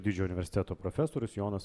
didžiojo universiteto profesorius jonas